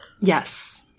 Yes